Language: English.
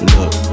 Look